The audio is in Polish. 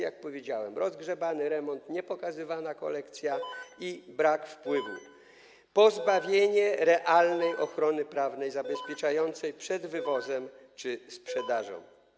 Jak powiedziałem: rozgrzebany remont, niepokazywana kolekcja i brak wpływu, pozbawienie realnej ochrony prawnej zabezpieczającej przed wywozem czy sprzedażą.